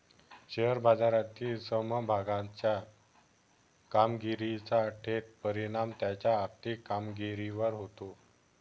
share बाजारातील समभागाच्या कामगिरीचा थेट परिणाम त्याच्या आर्थिक कामगिरीवर होतो